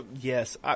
Yes